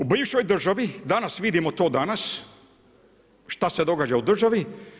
U bivšoj državi, danas vidimo to danas šta se događa u državi.